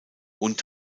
und